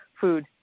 food